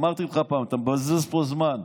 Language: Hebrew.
אמרתי לך פעם: אתה מבזבז פה זמן,